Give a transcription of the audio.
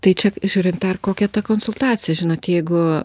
tai čia žiūrint dar kokia ta konsultacija žinot jeigu